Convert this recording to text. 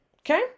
Okay